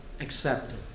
accepted